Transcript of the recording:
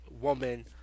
woman